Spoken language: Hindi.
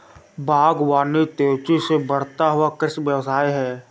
बागवानी तेज़ी से बढ़ता हुआ कृषि व्यवसाय है